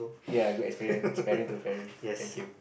ya good experience as parent to parent thank you